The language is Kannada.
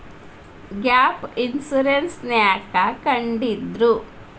ಗ್ಯಾಪ್ ಇನ್ಸುರೆನ್ಸ್ ನ್ಯಾಕ್ ಕಂಢಿಡ್ದ್ರು?